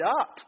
up